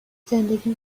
زندگیم